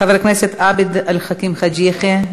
חבר הכנסת עבד אל חכים חאג' יחיא,